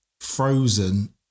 frozen